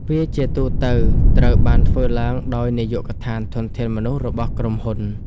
វាជាទូទៅត្រូវបានធ្វើឡើងដោយនាយកដ្ឋានធនធានមនុស្សរបស់ក្រុមហ៊ុន។